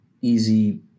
easy